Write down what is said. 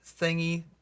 thingy